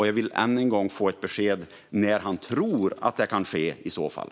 Jag vill än en gång få ett besked om när han tror att det i så fall kan ske.